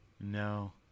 No